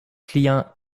clients